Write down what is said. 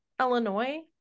Illinois